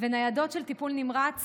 וניידות של טיפול נמרץ